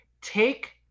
take